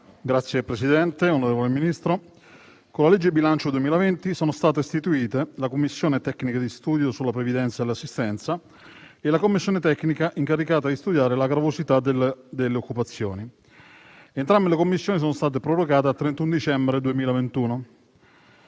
Signor Presidente, onorevole Ministro, con la legge di bilancio 2020 sono state istituite la commissione tecnica di studio sulla previdenza e l'assistenza e la commissione tecnica incaricata di studiare la gravosità delle occupazioni. Entrambe sono state prorogate al 31 dicembre 2021.